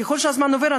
ככל שהזמן עובר,